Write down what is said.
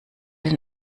den